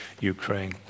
Ukraine